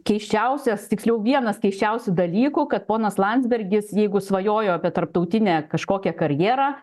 keisčiausias tiksliau vienas keisčiausių dalykų kad ponas landsbergis jeigu svajojo apie tarptautinę kažkokią karjerą